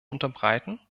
unterbreiten